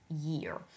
year